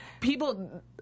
people